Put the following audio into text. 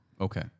Okay